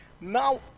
Now